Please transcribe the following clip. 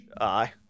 Aye